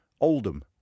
Oldham